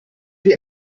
die